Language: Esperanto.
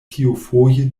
tiufoje